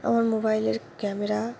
আমার মোবাইলের ক্যামেরা